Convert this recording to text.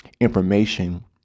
information